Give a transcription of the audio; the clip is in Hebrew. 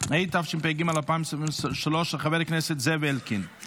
למי שנבצר ממנו להשלים את שירותו הצבאי ולאלמנות צה"ל (תיקוני